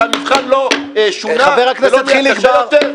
ואומר שהמבחן לא שונה ולא נהיה קשה יותר?